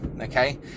okay